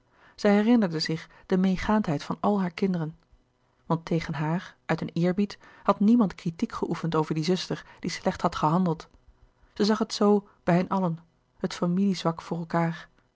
zij herinnerde zich de meêgaandheid van alle hare kinderen want tegen haar uit een eerbied had niemand kritiek geoefend over die zuster die slecht had gehandeld zij zag het zo bij hen allen het familie zwak voor elkaâr